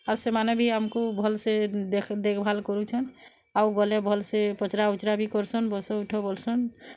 ଆଉ ସେମାନେ ଭି ଆମ୍କୁ ଭଲ୍ସେ ଦେଖ୍ ଦେଖ୍ଭାଲ୍ କରୁଛନ୍ ଆଉ ଗଲେ ଭଲ୍ସେ ପଚ୍ରା ଉଚ୍ରା ବି କର୍ସନ୍ ବସ ଉଠ ବୋଲ୍ସନ୍